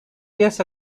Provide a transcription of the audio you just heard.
diez